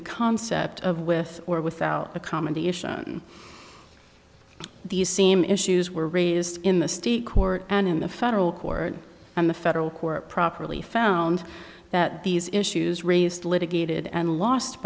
the concept of with or without accommodation these seem issues were raised in the state court and in a federal court and the federal court properly found that these issues raised litigated and lost